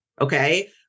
okay